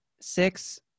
six